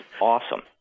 awesome